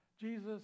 Jesus